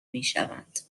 میشوند